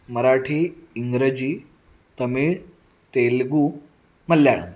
Marathi Ingraji Tamil Telugu Malayalam